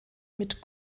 mit